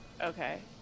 Okay